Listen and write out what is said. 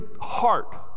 heart